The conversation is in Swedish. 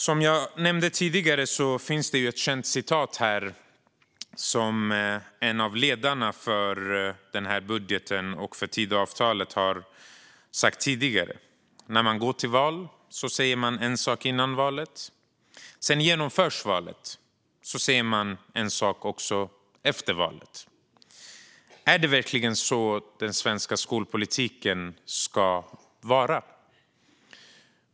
Som jag nämnde tidigare finns ett känt citat som en av ledarna för budgeten och Tidöavtalet har uttalat tidigare: När man går till val säger man en sak innan valet. Sedan genomförs valet, och då säger man samma sak efter valet. Är det verkligen så den svenska skolpolitiken ska vara?